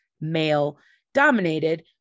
male-dominated